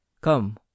Come